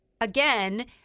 again